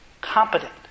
competent